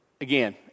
again